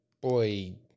boy